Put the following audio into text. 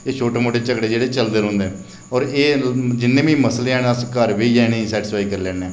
एह् छोटे मोटे झगड़े चलदे रौंहदे ना और एह् जिन्ने बी मसले हैन अस घर बेहियै इनेंगी सेटीसफाई करी लैन्ने